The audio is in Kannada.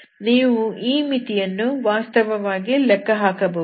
ನೀವು ಈ ಮಿತಿಯನ್ನು ವಾಸ್ತವವಾಗಿ ಲೆಕ್ಕಹಾಕಬಹುದು